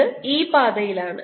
ഇത് ഈ പാതയിലാണ്